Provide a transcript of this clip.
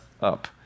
up